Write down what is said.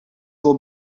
will